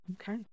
Okay